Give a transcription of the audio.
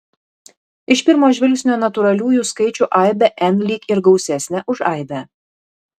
iš pirmo žvilgsnio natūraliųjų skaičių aibė n lyg ir gausesnė už aibę